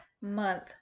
Month